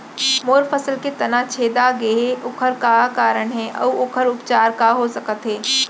मोर फसल के तना छेदा गेहे ओखर का कारण हे अऊ ओखर उपचार का हो सकत हे?